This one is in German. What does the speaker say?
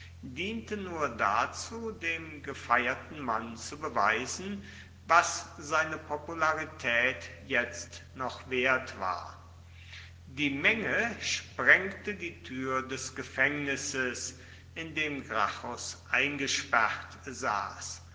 diente nur dazu dem gefeierten mann zu beweisen was seine popularität jetzt noch wert war die menge sprengte die tür des gefängnisses in dem gracchus eingesperrt saß